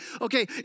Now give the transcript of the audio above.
okay